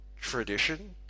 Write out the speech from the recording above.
tradition